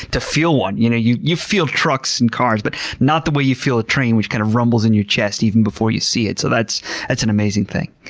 to feel one. you know you you feel trucks and cars but not the way you feel a train which kind of rumbles in your chest even before you see it. so that's that's an amazing thing.